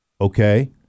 Okay